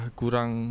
kurang